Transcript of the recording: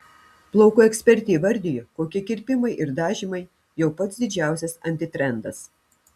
plaukų ekspertė įvardijo kokie kirpimai ir dažymai jau pats didžiausias antitrendas